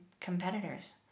competitors